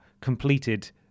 completed